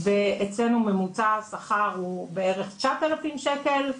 אצלנו ממוצע השכר הוא בערך 9,000 שקל.